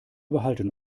behalten